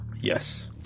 Yes